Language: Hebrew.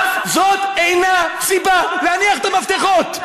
זאת אינה סיבה להניח את המפתחות.